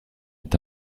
est